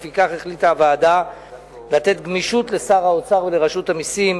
לפיכך החליטה הוועדה לתת גמישות לשר האוצר ולרשות המסים,